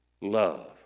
Love